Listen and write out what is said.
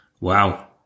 wow